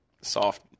soft